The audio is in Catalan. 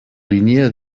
línia